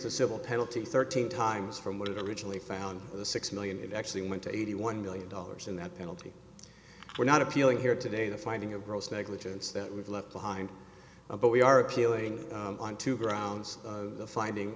the civil penalty thirteen times from what it originally found the six million it actually went to eighty one million dollars in that penalty were not appealing here today the finding of gross negligence that we've left behind but we are appealing on two grounds the finding